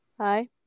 Hi